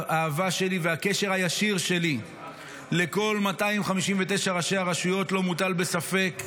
והאהבה שלי והקשר הישיר שלי לכל 259 ראשי הרשויות לא מוטלים בספק.